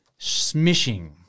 smishing